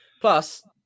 Plus